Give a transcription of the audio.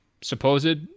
supposed